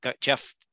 Jeff